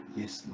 yes